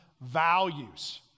values